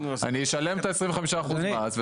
אני אשלם את 25 אחוזי המס,